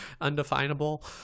undefinable